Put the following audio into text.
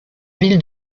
ville